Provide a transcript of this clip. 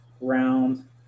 round